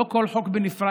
לא על כל חוק בנפרד,